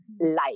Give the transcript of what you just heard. life